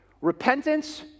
repentance